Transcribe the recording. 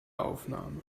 aufnahme